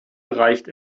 reicht